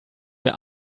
wir